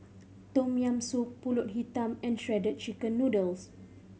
Tom Yam Soup Pulut Hitam and Shredded Chicken Noodles